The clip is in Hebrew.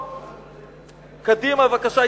קדימה, בבקשה.